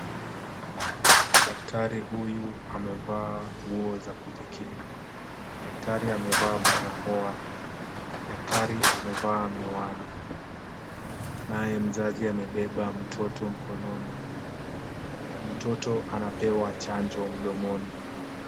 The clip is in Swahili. Daktari huyu amevaa nguo za kujikinga, daktari amevaa barakoa, daktari amevaa miwani, naye mzazi amebeba mtoto mkononi. Mtoto anapewa chanjo mdomoni.